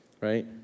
right